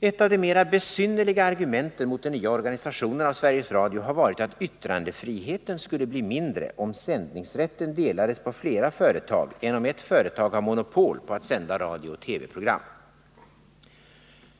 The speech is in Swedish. Ett av de mera besynnerliga argumenten emot den nya organisationen av Sveriges Radio har varit att yttrandefriheten skulle bli mindre om sändningsrätten delades på flera företag än om ett företag har monopol på att sända radiooch TV-program. 31